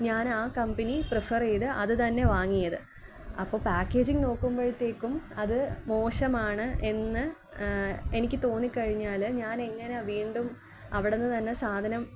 ഞാന് ആ കമ്പനി പ്രിഫറീതത് അതുതന്നെ വാങ്ങിയത് അപ്പോള് പാക്കേജിങ് നോക്കുമ്പോഴത്തേക്കും അത് മോശമാണ് എന്ന് എനിക്ക് തോന്നിക്കഴിഞ്ഞാല് ഞാനെങ്ങനെ വീണ്ടും അവിടുന്ന് തന്നെ സാധനം